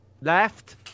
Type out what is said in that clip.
left